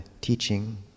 teaching